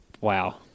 Wow